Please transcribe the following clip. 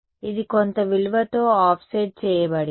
ఇది కొంత విలువతో ఆఫ్సెట్ చేయబడింది